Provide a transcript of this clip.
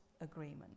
agreement